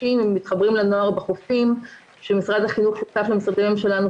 אולי בשקף הבא?